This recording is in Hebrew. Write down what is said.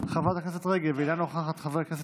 חברת הכנסת רגב, אינה